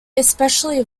especially